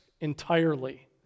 entirely